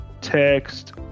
text